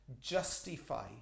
justify